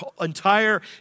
entire